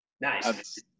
Nice